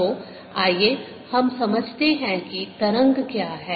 तो आइए हम समझते हैं कि तरंग क्या है